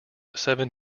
seven